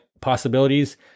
possibilities